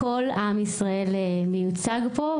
כל עם ישראל מיוצג פה,